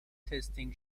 testing